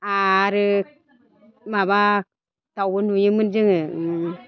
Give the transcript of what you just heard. आरो माबा दाउ नुयोमोन जोङो